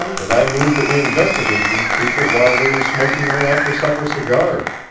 and i move that we investigate these people while we are smoking our after-supper cigars.